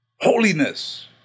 Holiness